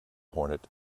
hornet